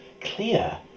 clear